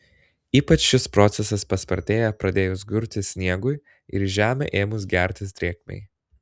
ypač šis procesas paspartėja pradėjus gurti sniegui ir į žemę ėmus gertis drėgmei